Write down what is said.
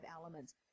elements